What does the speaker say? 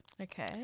Okay